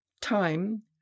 Time